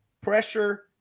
pressure